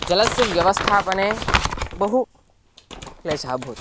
जलस्य व्यवस्थापने बहु क्लेशः अभूत्